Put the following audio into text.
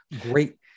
Great